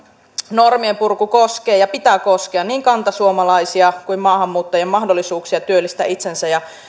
normien purku koskee ja sen pitää koskea niin kantasuomalaisia kuin myös maahanmuuttajien mahdollisuuksia työllistää itsensä